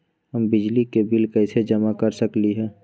हम बिजली के बिल कईसे जमा कर सकली ह?